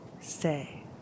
Stay